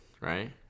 right